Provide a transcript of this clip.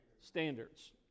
Standards